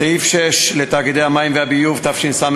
סעיף 6 לחוק תאגידי